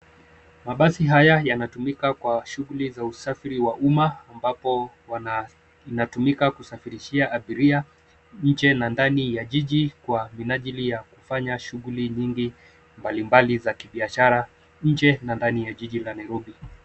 Mabasi haya yanatumika kwa shughuli za usafiri za umma ambapo yanatumika kusafirishai abira nje na ndani ya mji kwa minajili ya kufanya shughuli nyingi mbalimbali za kibiashara nje na ndani ya jiji la Nairobi.